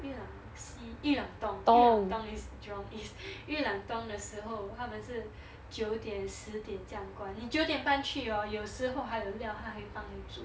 裕廊西裕廊东裕廊东 is jurong east 裕廊东的时候他们是九点十点这样关你九点半去 hor 有时候还有料他还帮你煮